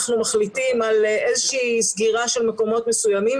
מחליטים על איזושהי סגירה של מקומות מסוימים.